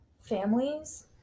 families